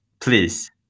Please